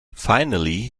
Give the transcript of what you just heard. finally